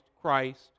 Christ